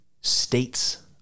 states